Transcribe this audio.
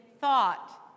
thought